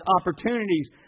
opportunities